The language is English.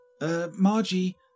Margie